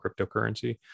cryptocurrency